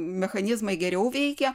mechanizmai geriau veikia